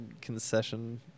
concession